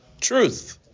truth